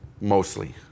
mostly